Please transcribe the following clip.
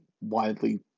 widely